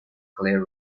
clare